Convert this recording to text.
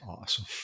awesome